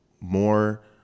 more